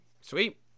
Sweet